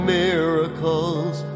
miracles